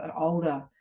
older